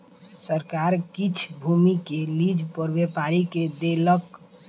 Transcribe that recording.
सरकार किछ भूमि के लीज पर व्यापारी के देलक